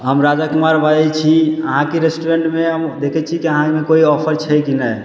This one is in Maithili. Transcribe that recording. हम राजा कुमार बाजय छी अहाँके रेस्टोरेन्टमे हम देखय छी कि अहाँ ओइमे कोइ ऑफर छै कि नहि